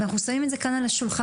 אנחנו שמים את זה כאן על השולחן.